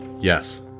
Yes